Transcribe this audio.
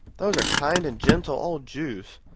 those are kind and gentle old jews,